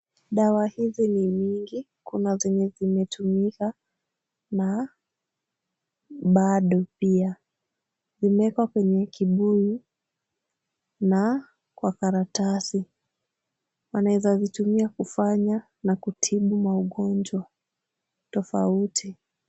Dawa hizi ni mingi. Kuna zenye zimetumika na bado pia. Zimewekwa kwenye kibuyu na kwa karatasi. Anaweza zitumia kufanya na kutibu maugonjwa tofauti.